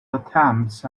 attempts